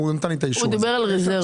הוא דיבר על רזרבות.